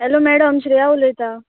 hello madam Shreya उलयतां